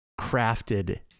crafted